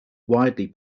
widely